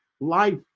life